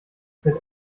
mit